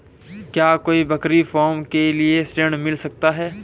क्या कोई बकरी फार्म के लिए ऋण मिल सकता है?